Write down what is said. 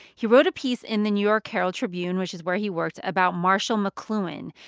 he wrote a piece in the new york herald tribune which is where he worked about marshall mcluhan,